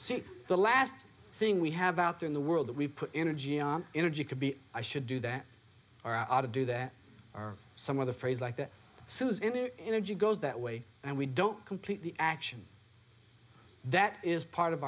see the last thing we have out there in the world that we put energy and energy could be i should do that or out of do that are some other phrase like that suze in an energy goes that way and we don't complete the action that is part of